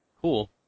cool